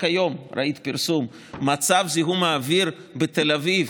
רק היום ראיתי פרסום שמצב זיהום האוויר בתל אביב,